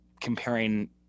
comparing